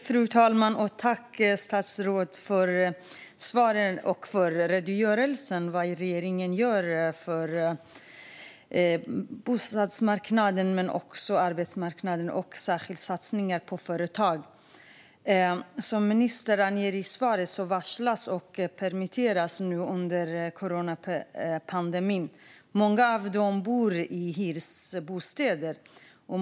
Fru talman! Jag tackar statsrådet för svaret och redogörelsen av vad regeringen gör för bostadsmarknaden men också för arbetsmarknaden, och särskilt satsningar på företag. Som ministern anger i svaret varslas och permitteras många under coronapandemin. Många av dem bor i hyresbostäder.